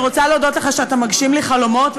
אני רוצה להודות לך שאתה מגשים לי חלומות,